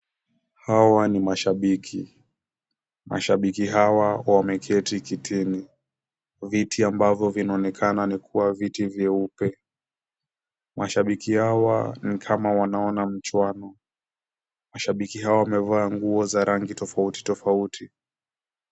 Hawa ni mashabiki. Mashabiki hawa wameketi kitini. Viti ambavyo vinaonekana ni kuwa viti vyeupe. Mashabiki hawa nikama wanaona mchuano. Mashabiki hawa wamevaa nguo za rangi tofauti tofauti.